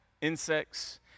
insects